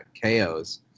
KOs